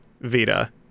vita